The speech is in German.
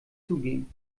zugeben